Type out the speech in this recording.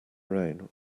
rain